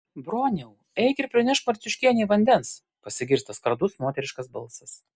broniau eik ir prinešk marciuškienei vandens pasigirsta skardus moteriškas balsas